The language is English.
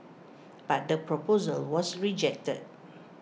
but the proposal was rejected